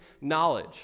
knowledge